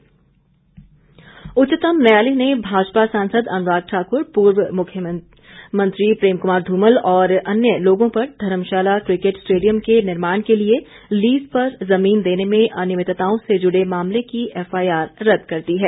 उच्चतम न्यायालय उच्चतम न्यायालय ने भाजपा सांसद अनुराग ठाकुर पूर्व मुख्यमंत्री प्रेम कुमार धूमल और अन्य लोगों पर धर्मशाला क्रिकेट स्टेडियम के निर्माण के लिए लीज पर जमीन देने में अनियमितताओं से जुड़े मामलें की एफआईआर रद्द कर दी है